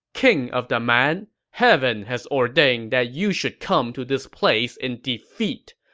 king of the man, heaven has ordained that you should come to this place in defeat.